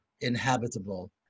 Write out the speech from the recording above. inhabitable